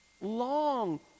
Long